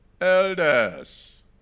Elders